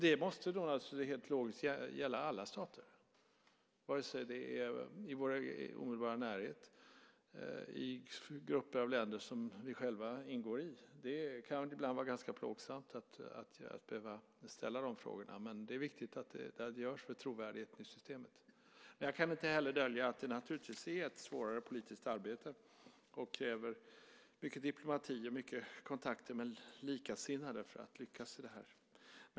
Det måste helt logiskt gälla alla stater, vare sig det är i vår omedelbara närhet eller i grupper av länder som vi själva ingår i. Det kan ibland vara ganska plågsamt att behöva ställa de frågorna, men det är viktigt att det görs för trovärdigheten i systemet. Jag kan inte heller dölja att det naturligtvis är ett svårare politiskt arbete. Det krävs mycket diplomati och mycket kontakter med likasinnade för att man ska lyckas i det här.